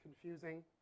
confusing